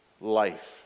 life